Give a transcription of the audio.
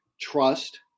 trust